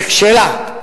נכשלה,